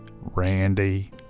randy